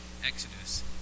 Exodus